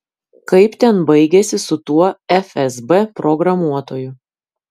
kaip ten baigėsi su tuo fsb programuotoju